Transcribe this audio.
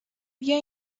بیا